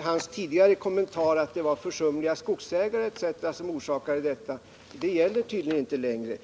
Hans tidigare kommentar var att det var försumliga skogsägare m.fl. som orsakade problemen. Det gäller tydligen inte längre.